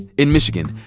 in michigan,